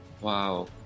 Wow